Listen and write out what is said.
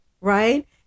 right